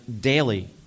daily